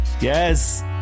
Yes